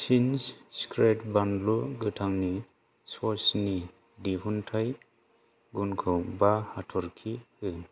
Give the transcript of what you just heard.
चिंस secret बानलु गोथांनि ससनि दिहुनथाइ गुनखौ बा हाथरखि हो